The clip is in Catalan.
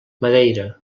madeira